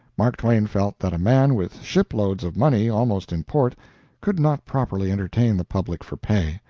mark twain felt that a man with ship-loads of money almost in port could not properly entertain the public for pay.